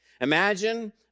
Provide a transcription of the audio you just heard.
Imagine